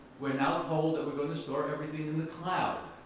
we're now told that we're going to store everything in the cloud.